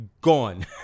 Gone